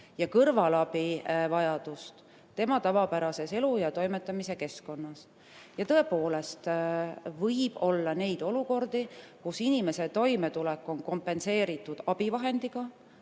ja kõrvalabivajadust tema tavapärases elu- ja toimetamise keskkonnas. Tõepoolest võib olla olukordi, kus inimese toimetulek on kompenseeritud abivahendiga